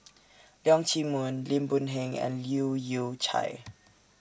Leong Chee Mun Lim Boon Heng and Leu Yew Chye